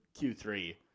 Q3